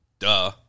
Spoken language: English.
duh